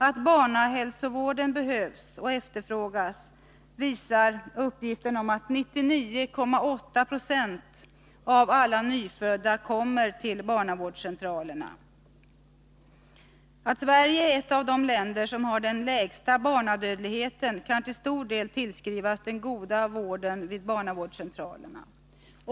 Att barnhälsovården behövs och efterfrågas visar uppgiften om att barnavårdscentralerna tar emot 99,8 90 av alla nyfödda. Det förhållandet att Sverige är ett av de länder som har den lägsta barnadödligheten kan till stor del tillskrivas den goda vården vid barnavårdscentralerna.